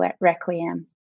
requiem